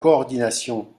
coordination